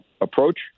approach